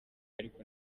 ariko